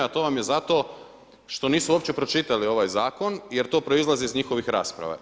A to vam je zato što nisu uopće pročitali ovaj zakon jer to proizlazi iz njihovih rasprava.